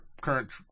current